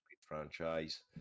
franchise